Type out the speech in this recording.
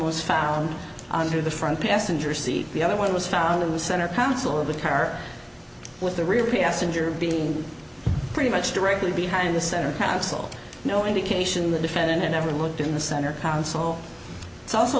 was found through the front passenger seat the other one was found in the center console of the car with the real passenger being pretty much directly behind the center console no indication the defendant ever looked in the center console it's also